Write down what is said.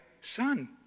son